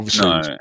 No